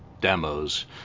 demos